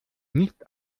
nicht